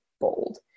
bold